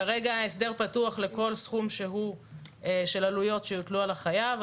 כרגע ההסדר פתוח לכל סכום שהוא של עלויות שיוטלו על החייב.